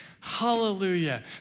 hallelujah